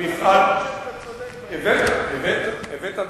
אני לא חושב שאתה צודק, הבאת דברים.